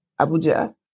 Abuja